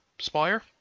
spire